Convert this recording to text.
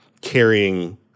carrying